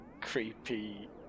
creepy